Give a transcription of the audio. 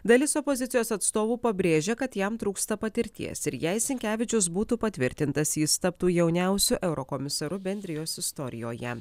dalis opozicijos atstovų pabrėžia kad jam trūksta patirties ir jei sinkevičius būtų patvirtintas jis taptų jauniausiu eurokomisaru bendrijos istorijoje